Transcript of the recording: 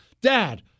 Dad